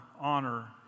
honor